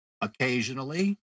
occasionally